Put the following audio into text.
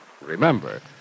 Remember